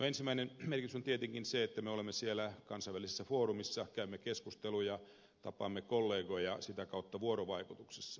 ensimmäinen merkitys on tietysti se että me olemme siellä kansainvälisessä foorumissa käymme keskusteluja tapaamme kollegoja olemme sitä kautta vuorovaikutuksessa